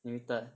limited